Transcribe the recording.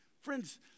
Friends